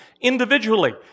individually